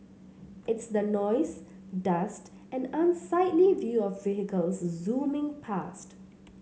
it's the noise dust and unsightly view of vehicles zooming past